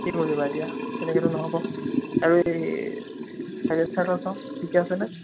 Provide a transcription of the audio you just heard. কি কৰিবা এতিয়া তেনেকেতো নহ'ব আৰু এই চাইলেঞ্চাৰডাল চাওঁ ঠিকে আছেনে